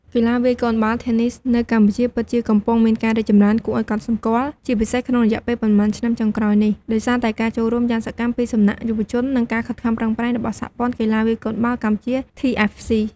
កីឡាវាយកូនបាល់ Tennis នៅកម្ពុជាពិតជាកំពុងមានការរីកចម្រើនគួរឲ្យកត់សម្គាល់ ជាពិសេសក្នុងរយៈពេលប៉ុន្មានឆ្នាំចុងក្រោយនេះ ដោយសារតែការចូលរួមយ៉ាងសកម្មពីសំណាក់យុវជន និងការខិតខំប្រឹងប្រែងរបស់ សហព័ន្ធកីឡាវាយកូនបាល់កម្ពុជា TFC។